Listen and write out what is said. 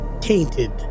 tainted